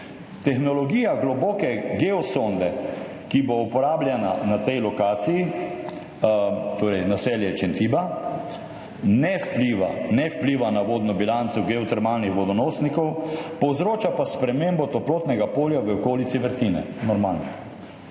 Tehnologija »globoke geosonde«, ki bo uporabljena na Pg-8, ne vpliva na vodno bilanco geotermalnih vodonosnikov, povzroča pa spremembo toplotnega polja v okolici vrtine.« Normalno.